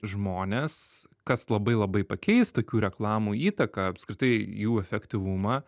žmonės kas labai labai pakeis tokių reklamų įtaką apskritai jų efektyvumą